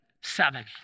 seven